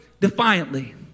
defiantly